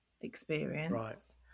experience